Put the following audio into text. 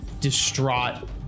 distraught